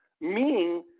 meaning